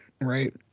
right